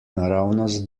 naravnost